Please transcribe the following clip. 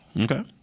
Okay